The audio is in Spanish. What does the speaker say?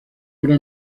obra